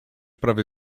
prawie